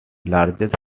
largest